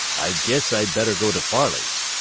i guess i'd better go to farley's,